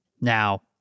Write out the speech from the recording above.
Now